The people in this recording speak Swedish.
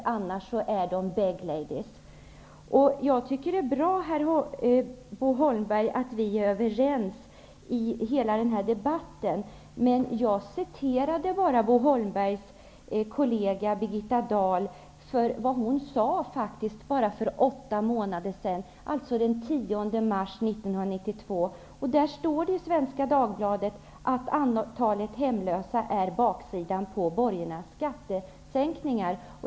I annat fall är sådana här kvinnor att betrakta som ''bag ladies''. Jag tycker att det är bra att vi är överens i den här debatten, Bo Holmberg. Jag citerade vad Bo Holmbergs kollega Birgitta Dahl sade för bara åtta månader sedan, dvs. den 10 mars 1992. Det stod i Svenska Dagbladet att antalet hemlösa är baksidan på borgarnas skattesänkningar.